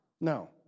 No